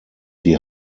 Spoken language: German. die